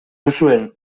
duzuen